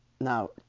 Now